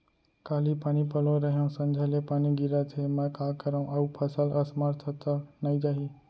काली पानी पलोय रहेंव, संझा ले पानी गिरत हे, मैं का करंव अऊ फसल असमर्थ त नई जाही?